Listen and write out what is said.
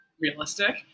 realistic